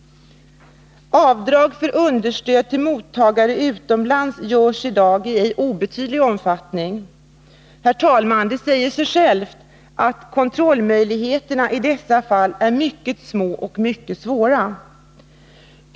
Avdrag för understöd till mottagare utomlands görs i dag i ej obetydlig omfattning, och det säger sig självt, herr talman, att kontrollmöjligheterna i dessa fall är mycket små.